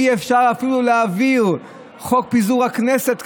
אי-אפשר אפילו להעביר את חוק פיזור הכנסת,